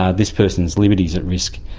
ah this person's liberty is at risk,